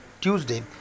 Tuesday